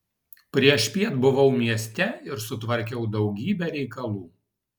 priešpiet buvau mieste ir sutvarkiau daugybę reikalų